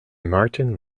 martin